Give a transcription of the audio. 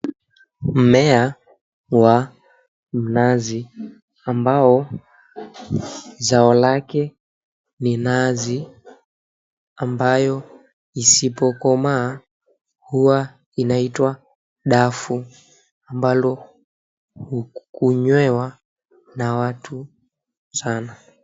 Mmea wa mnazi, ambao zao lake ni nazi, ambayo isipokomaa huwa inaitwa dafu, ambalo hunywewa na watu sana.